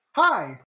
Hi